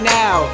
now